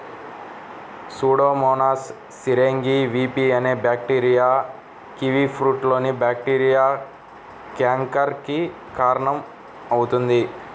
Pseudomonas syringae pv అనే bacteria కివీఫ్రూట్లోని bacteria canker కి కారణమవుతుంది